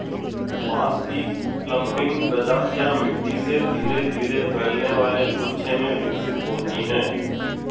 बांस की क्लंपिंग प्रजातियां मिट्टी से धीरे धीरे फैलने वाले गुच्छे में विकसित होती हैं